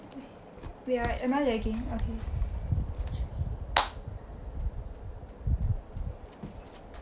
wait ah am I lagging okay